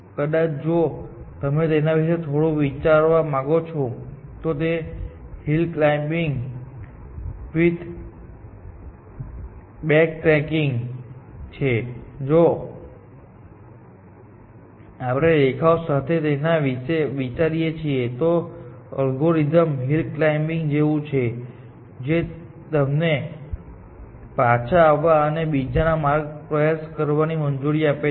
કદાચ જો તમે તેના વિશે થોડું વિચારવા માંગો છો તો તે hill climbing with backtracking છે જો આપણે રેખાઓ સાથે તેના વિશે વિચારીએ તો તે એલ્ગોરિધમ હિલ ક્લાઇમ્બિંગ જેવું છે જે તમને પાછા આવવા અને બીજા માર્ગનો પ્રયાસ કરવાની મંજૂરી આપે છે